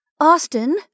Austin